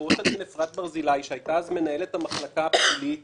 עורכת הדין אפרת ברזילי שהייתה מנהלת המחלקה הפלילית